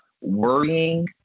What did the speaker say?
worrying